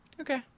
Okay